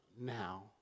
now